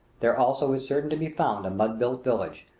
there also is certain to be found a mud-built village,